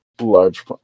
Large